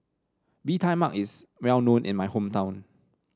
Bee Tai Mak is well known in my hometown